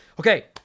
Okay